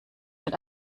mit